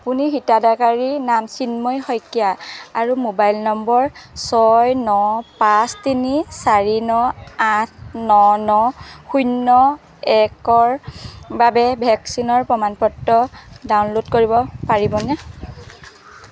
আপুনি হিতাধিকাৰীৰ নাম চিন্ময় শইকীয়া আৰু মোবাইল নম্বৰ ছয় ন পাঁচ তিনি চাৰি ন আঠ ন ন শূন্য একৰ বাবে ভেকচিনৰ প্ৰমাণ পত্ৰ ডাউনলোড কৰিব পাৰিবনে